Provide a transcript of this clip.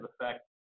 effect